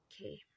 okay